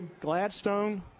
Gladstone